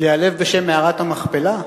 להיעלב בשם מערת המכפלה?